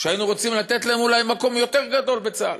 שהיינו רוצים לתת להן אולי מקום יותר גדול בצה"ל?